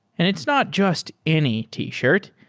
and it's not just any t-shirt.